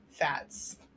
fats